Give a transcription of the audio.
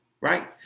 right